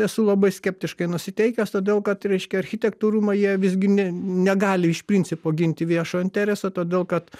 esu labai skeptiškai nusiteikęs todėl kad reiškia architektų rūmai jie visgi ne negali iš principo ginti viešojo intereso todėl kad